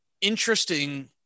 interesting